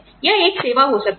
यह एक सेवा हो सकती है